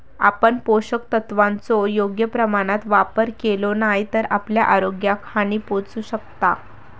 आपण पोषक तत्वांचो योग्य प्रमाणात वापर केलो नाय तर आपल्या आरोग्याक हानी पोहचू शकता